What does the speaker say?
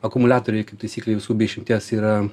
akumuliatoriai kaip taisyklė visų be išimties yra